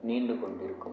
நீண்டு கொண்டிருக்கும்